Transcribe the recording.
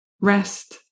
rest